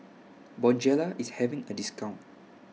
Bonjela IS having A discount